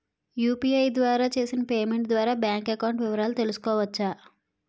UPI ద్వారా చేసిన payment ద్వారా బ్యాంక్ అకౌంట్ వివరాలు తెలుసుకోవచ్చ?